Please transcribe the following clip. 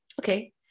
Okay